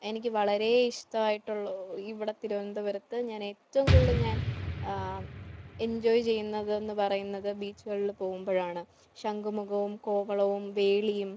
എനിക്ക് വളരേ ഇഷ്ടായിട്ടുള്ള ഇവിടെ തിരുവനന്തപുരത്ത് ഞാൻ ഏറ്റവും കൂടുതൽ ഞാൻ എൻജോയ് ചെയ്യുന്നത് എന്ന് പറയുന്നത് ബീച്ചുകളില് പോകുമ്പഴാണ് ശംഖുമുഖവും കോവളവും വേളിയും